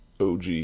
OG